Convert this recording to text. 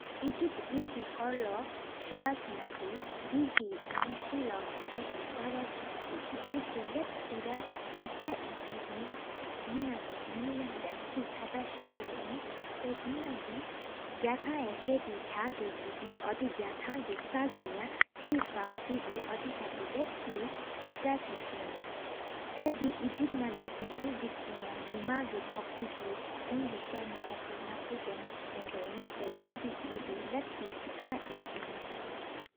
ཨིཇིཔཊ་ཡེ་གི་ཁོར་ལོ་བ་ཆེ་ན་དི། དེ་གི་ནམ་སེ་ལོ་ནག་ཆ་གི་ཐ་བ་ཆེ་ན་དི། ཨིཇིཔཊ་དེ་ལབ་ཏེ་ཕྱིགས་ཏ་གཡེ་ཕྱིགས་གིིན། དེ་ན་དི་ནིམ་ལྔ་ལབ་ཏེ་ཅ་ཏ་སར་བྷར་གོ་གིིནས། ཏྲཱ་དེ་ན་དི་གྱ་ཐང་ཨེ་སེ་དྱད་ཨི་གིོ་གིིན། ཨོ་དེ་ག་དྱད་ས་གིི་ཡུང་དེ་བང་། ཨོ་དེ་ཕརྟེ་ལབ་ཏེ་ཕྱིགས་འཕུ་ར་གིིན། ཏེ་་ཡེ་ཨིཇཬ་པྥ་ནང་དགེ་ཧར་ལེ་གི་དྲ་དམ་འབྲའིནས། ནི་མ་གི་ཕོཀྟ་གི་ཁུགྲ་གསར་ཨཿ་ཆེ་ཆངམོ་པ་སར་བང། ནང་གདཅད་རོང་བྱིམ་ཚོད་འབྲ་ནམ་གླིགས་པ་་ངས།